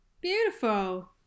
Beautiful